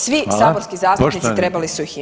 Svi saborski zastupnici trebali su ih imati.